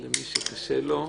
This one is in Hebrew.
למי שקשה לו.